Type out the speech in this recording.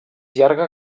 llarga